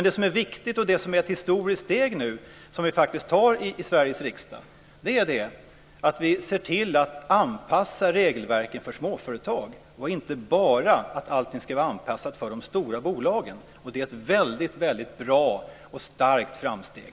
Det som är ett viktigt och historiskt steg som vi nu tar i Sveriges riksdag är att vi ser till att anpassa regelverket för småföretag så att det inte alltid bara ska vara anpassat för de stora bolagen. Det är ett väldigt bra och starkt framsteg.